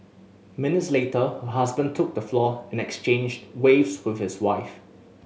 minutes later her husband took the floor and exchanged waves with his wife